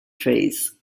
trees